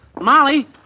Molly